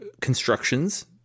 Constructions